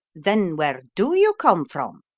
then where do you come from?